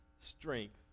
strength